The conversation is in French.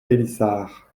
pélissard